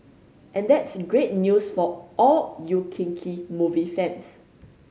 and that's great news for all you kinky movie fans